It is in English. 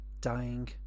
dying